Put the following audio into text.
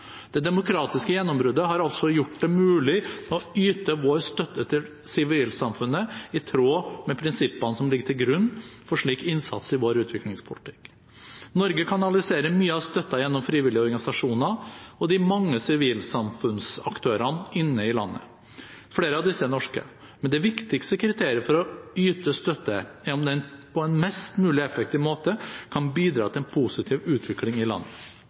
Det demokratiske gjennombruddet har altså gjort det mulig å yte vår støtte til sivilsamfunnet i tråd med prinsippene som ligger til grunn for slik innsats i vår utviklingspolitikk. Norge kanaliserer mye av støtten gjennom frivillige organisasjoner og de mange sivilsamfunnsaktørene inne i landet. Flere av disse er norske. Men det viktigste kriteriet for å yte støtte er om den på en mest mulig effektiv måte kan bidra til en positiv utvikling i landet.